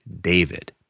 David